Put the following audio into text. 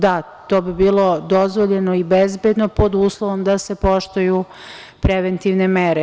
Da, to bi bilo dozvoljeno i bezbedno pod uslovom da se poštuju preventivne mere.